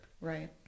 Right